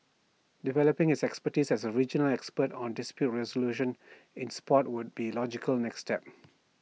developing its expertise as A regional expert on dispute resolution in Sport would be logical next step